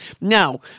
Now